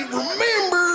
remember